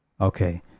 Okay